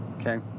okay